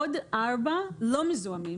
עוד ארבעה לא מזוהמים.